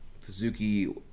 Suzuki